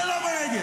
זה לא בנגב.